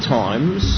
times